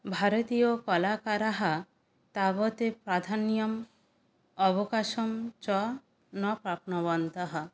भारतीयकलाकाराः तावत् प्राधान्यम् अवकाशं च न प्राप्नुवन्तः